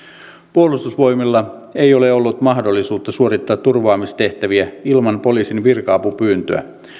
puolustusvoimilla ei ole ollut mahdollisuutta suorittaa turvaamistehtäviä ilman poliisin virka apupyyntöä